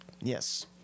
Yes